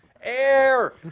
Air